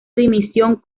dimisión